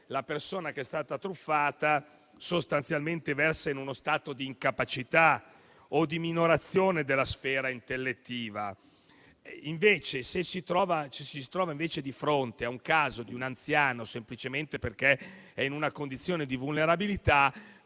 la persona che è stata truffata sostanzialmente versi in uno stato di incapacità o di minorazione della sfera intellettiva. Se invece ci si trova di fronte al caso di un anziano che è semplicemente in una condizione di vulnerabilità,